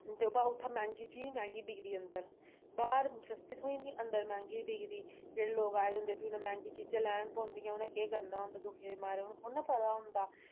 दिंदे बा उत्थै मैंह्गा चीज़ मैंह्गी बिकदी अंदर बाह्र सस्ती थ्होई जंदी अंदर मैंह्गी बिकदी जेह्ड़े लोक आए दे होंदे फ्ही उनें मैंह्गियां चीज़ां लैन पौंदियां उ'नें केह् करना होंदा दुखे दे मारे उ'नें थोह्ड़ा पता होंदा